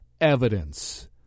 evidence